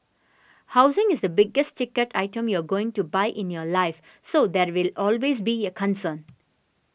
housing is the biggest ticket item you're going to buy in your life so there will always be a concern